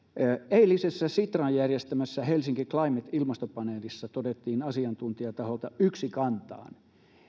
eilisessä sitran järjestämässä helsinki climate ilmastopaneelissa todettiin asiantuntijatahoilta yksikantaan